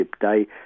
Day